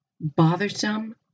bothersome